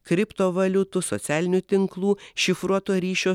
kriptovaliutų socialinių tinklų šifruoto ryšio